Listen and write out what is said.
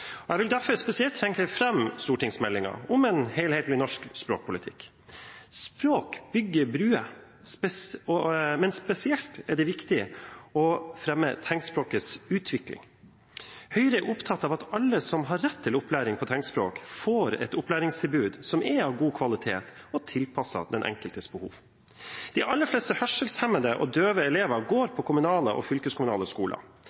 Jeg vil derfor spesielt trekke fram stortingsmeldingen om en helhetlig norsk språkpolitikk. Språk bygger broer, men spesielt viktig er det å fremme tegnspråkets utvikling. Høyre er opptatt av at alle som har rett til opplæring i tegnspråk, får et opplæringstilbud som er av god kvalitet og tilpasset den enkeltes behov. De aller fleste hørselshemmede og døve elever går på kommunale og fylkeskommunale skoler.